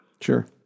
Sure